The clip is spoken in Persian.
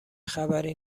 خبری